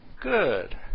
Good